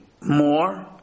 more